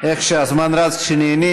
איך שהזמן רץ כשנהנים.